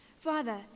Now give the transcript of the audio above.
Father